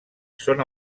són